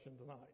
tonight